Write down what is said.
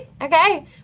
Okay